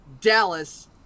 Dallas